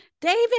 David